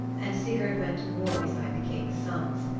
and sigurd went to war beside the king's sons,